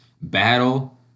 battle